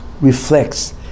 reflects